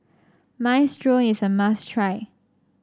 minestrone is a must try